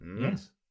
Yes